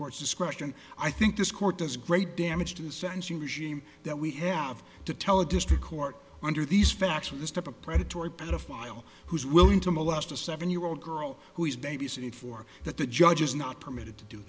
court's discretion i think this court does great damage to the sentencing regime that we have to tell a district court under these facts of this type of predatory pedophile who is willing to molest a seven year old girl who is babysitting for that the judge is not permitted to do